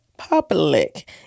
public